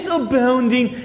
abounding